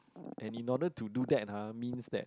and in order to do that ha means that